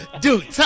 dude